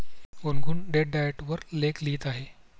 गुनगुन date diet वर लेख लिहित आहे